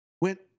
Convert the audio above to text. Went